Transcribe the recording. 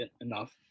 enough